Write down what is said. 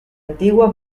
antigua